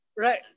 Right